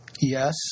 yes